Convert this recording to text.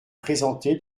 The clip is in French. présenté